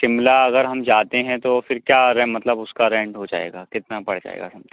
شملہ اگر ہم جاتے ہیں تو پھر کیا مطلب اُس کا رینٹ ہو جائے گا کتنا پڑ جائے گا سم تھنگ